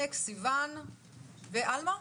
סיון ואלמה.